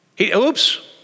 Oops